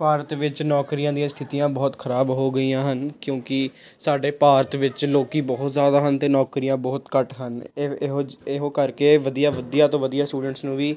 ਭਾਰਤ ਵਿੱਚ ਨੌਕਰੀਆਂ ਦੀਆਂ ਸਥਿਤੀਆਂ ਬਹੁਤ ਖਰਾਬ ਹੋ ਗਈਆਂ ਹਨ ਕਿਉਂਕਿ ਸਾਡੇ ਭਾਰਤ ਵਿੱਚ ਲੋਕ ਬਹੁਤ ਜ਼ਿਆਦਾ ਹਨ ਅਤੇ ਨੌਕਰੀਆਂ ਬਹੁਤ ਘੱਟ ਹਨ ਇਹ ਇਹੋ ਇਹੋ ਕਰਕੇ ਵਧੀਆ ਵਧੀਆ ਤੋਂ ਵਧੀਆ ਸਟੂਡੈਂਟਸ ਨੂੰ ਵੀ